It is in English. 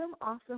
awesome